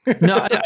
no